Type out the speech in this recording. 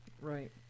right